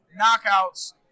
knockouts